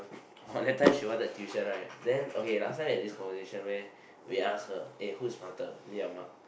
or that time she wanted tuition right then okay last time have this conversation where we ask her eh who's smarter me or Mark